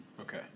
Okay